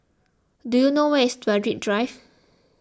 do you know where is Berwick Drive